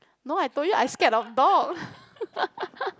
no I told you I scared of dog